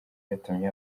yatumye